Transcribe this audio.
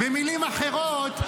במילים אחרות,